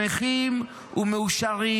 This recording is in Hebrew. שמחים ומאושרים,